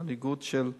מנהיגות של עולים.